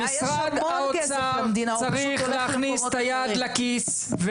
משרד האוצר צריך להכניס את היד לכיס,